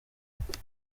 bugoyi